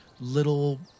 little